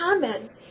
comments